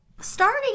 starting